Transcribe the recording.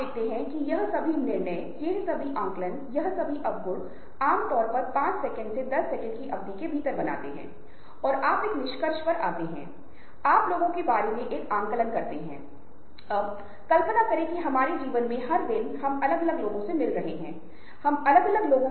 इसलिए आप देखते हैं कि अगर आपके पास लक्ष्यों का एक सेट है तो नेटवर्किंग करना आसान है लेकिन इसका मतलब यह नहीं है कि आप लोगों को बातचीत करने और नए लोगों को मौका देने दें क्योंकि आप कभी नहीं जानते कि आपके जीवन मे कौन एक निश्चित अंक पर सहायक होने वाला है